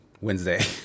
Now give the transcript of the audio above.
Wednesday